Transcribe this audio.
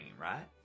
right